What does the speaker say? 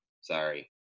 Sorry